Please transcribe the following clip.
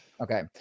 Okay